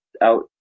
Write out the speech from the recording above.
out